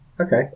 Okay